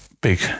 big